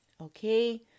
okay